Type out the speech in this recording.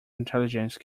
intelligence